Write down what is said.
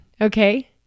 Okay